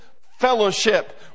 fellowship